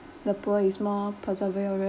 the poor is more perseverance